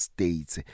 States